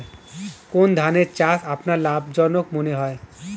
কোন ধানের চাষ আপনার লাভজনক মনে হয়?